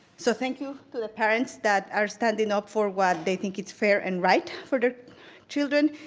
so, thank you to the parents that are standing up for what they think is fair and right for their children,